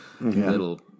little